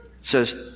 Says